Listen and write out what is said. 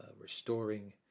restoring